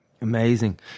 Amazing